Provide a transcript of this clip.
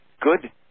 good